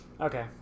Okay